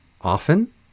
Often